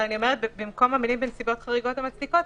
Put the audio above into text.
במקום המילים "בנסיבות חריגות המצדיקות".